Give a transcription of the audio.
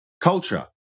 Culture